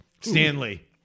Stanley